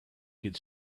could